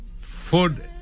food